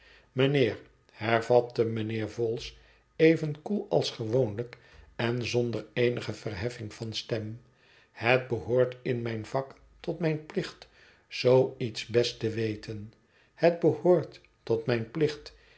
mijnheer hervatte mijnheer vholes even koel als gewoonlijk en zonder eenige verheffing van stem het behoort in mijn vak tot mijn plicht zoo iets best te weten het behoort tot mijn plicht